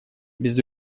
без